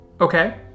okay